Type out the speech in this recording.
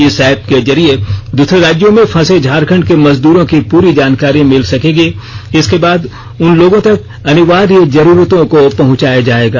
इस एप्प के जरिए दूसरे राज्यों में फंसे झारखंड के मजदूरों की पूरी जानकारी मिल सकेंगी इसके बाद उन लोगों तक अनिवार्य जरुरतों को पहुंचाया जाएगा